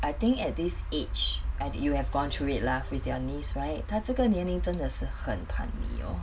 I think at this age and you have gone through it lah with their nice right 他这个年龄真的是很叛逆 orh